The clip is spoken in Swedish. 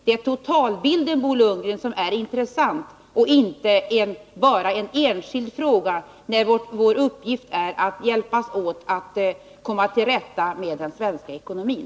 Det är totalbilden, Bo Lundgren, som är intressant — inte bara en enskild fråga — när vår uppgift är att hjälpas åt för att komma till rätta med den svenska ekonomin.